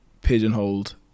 pigeonholed